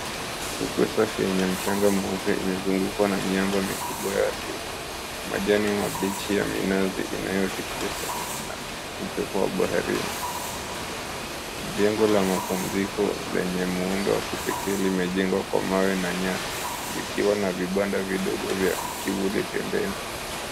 Ufukwe safi wenye mchanga mweupe imezungukwa na miamba mikubwa ya asili. Majani mabichi ya minazi inayotekezwa na upepo wa baharini. Jengo la mapumziko lenye muundo wa kipekee limejengwa kwa mawe na nyasi ikiwa na vibanda vidogo vya kivuli pembeni.